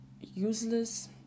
useless